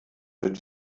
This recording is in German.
wird